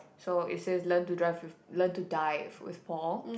so it says learn to drive with learn to dive with Paul